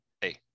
hey